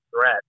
threat